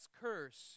curse